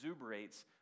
exuberates